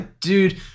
Dude